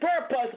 purpose